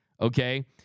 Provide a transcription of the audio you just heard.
okay